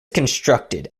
constructed